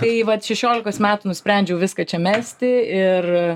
tai vat šešiolikos metų nusprendžiau viską čia mesti ir